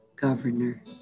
governor